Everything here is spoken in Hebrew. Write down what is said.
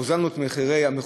הוזלנו את המכוניות,